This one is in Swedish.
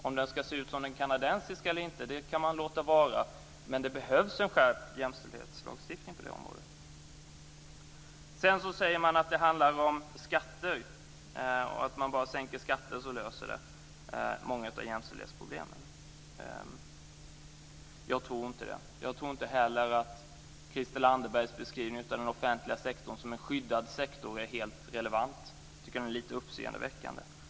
Om den ska se ut som den kanadensiska eller inte kan man låta vara osagt, men det behövs en skärpt jämställdhetslagstiftning på det området. Sedan säger man att det handlar om skatter, och om man bara sänker skatter så löser det många av problemen med jämställdheten. Jag tror inte det. Jag tror inte heller att Christel Anderbergs beskrivning av den offentliga sektorn som en skyddad sektor är helt relevant. Jag tycker att den är lite uppseendeväckande.